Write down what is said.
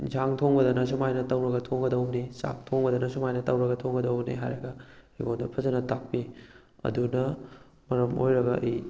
ꯌꯦꯟꯁꯥꯡ ꯊꯣꯡꯕꯗꯅ ꯁꯨꯃꯥꯏꯅ ꯇꯧꯔꯒ ꯊꯣꯡꯒꯗꯕꯅꯤ ꯆꯥꯛ ꯊꯣꯡꯕꯗꯅ ꯁꯨꯃꯥꯏꯅ ꯇꯧꯔꯒ ꯊꯣꯡꯒꯗꯕꯅꯤ ꯍꯥꯏꯕ ꯑꯩꯉꯣꯟꯗ ꯐꯖꯅ ꯇꯥꯛꯄꯤ ꯑꯗꯨꯅ ꯃꯔꯝ ꯑꯣꯏꯔꯒ ꯑꯩ